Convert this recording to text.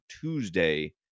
tuesday